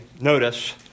notice